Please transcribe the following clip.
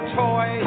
toy